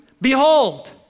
Behold